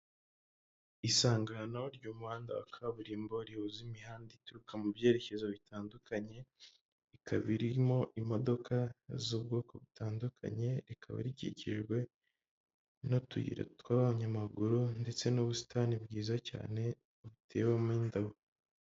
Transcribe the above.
Isangano ry'umuhanda wa kaburimbo rihuza imihanda ituruka mu byerekezo bitandukanye, ikaba irimo imodoka z'ubwoko butandukanye, rikaba rikikijwe n'utuyira tw'abanyamaguru ndetse n'ubusitani bwiza cyane butewemo indabo.